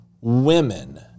women